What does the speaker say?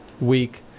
week